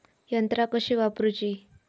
यंत्रा कशी वापरूची?